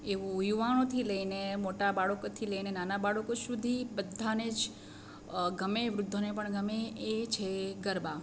એવું યુવાનોથી લઈને મોટા બાળકોથી લઈને નાના બાળકો સુધી બધાને જ ગમે વૃદ્ધોને પણ ગમે એ છે ગરબા